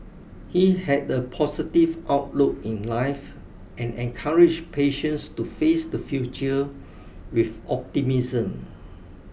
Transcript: he had a positive outlook in life and encourage patients to face the future with optimism